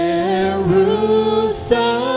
Jerusalem